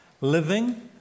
Living